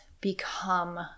become